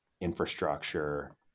infrastructure